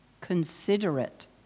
considerate